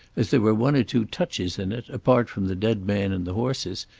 as there were one or two touches in it, apart from the dead man and the horses,